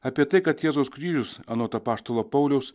apie tai kad jėzaus kryžius anot apaštalo pauliaus